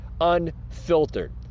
UNFILTERED